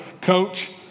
coach